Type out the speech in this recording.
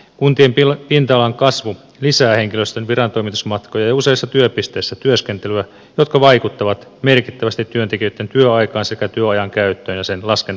kuntien pinta alan kasvu lisää henkilöstön virantoimitusmatkoja ja useissa työpisteissä työskentelyä jotka vaikuttavat merkittävästi työntekijöitten työaikaan sekä työajan käyttöön ja sen laskentatapaan